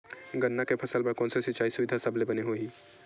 गन्ना के फसल बर कोन से सिचाई सुविधा सबले बने होही?